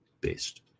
based